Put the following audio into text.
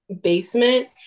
basement